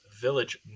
village